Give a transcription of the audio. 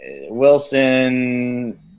Wilson